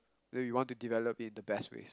then we want to develop it the best way